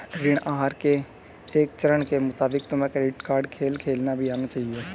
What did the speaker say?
ऋण आहार के एक चरण के मुताबिक तुम्हें क्रेडिट कार्ड खेल खेलना भी आना चाहिए